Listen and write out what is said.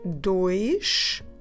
dois